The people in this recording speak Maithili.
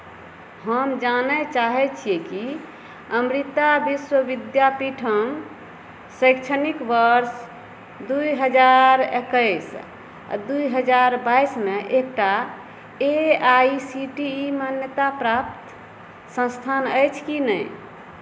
हम जानय चाहैत छियै कि अमृता विश्व विद्यापीठम शैक्षणिक वर्ष दुइ हजार एकैस दुइ हजार बाइसमे एकटा A I C T E मान्याप्राप्त संस्थान अछि कि नहि